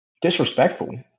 Disrespectful